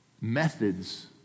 Methods